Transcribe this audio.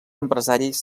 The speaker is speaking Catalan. empresaris